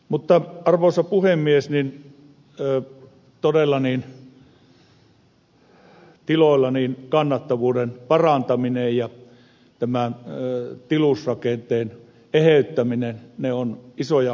mutta arvoisa puhemies kannattavuuden parantaminen todella tiloilla ja tämä tilusrakenteen eheyttäminen ovat isoja haasteita